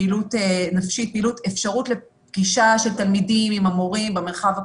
פעילות נפשית אפשרות לפגישה של תלמידים עם המורים במרחב הפתוח.